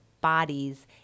bodies